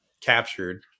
captured